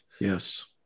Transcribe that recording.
Yes